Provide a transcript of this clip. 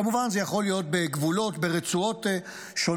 כמובן, זה יכול להיות בגבולות, ברצועות שונות.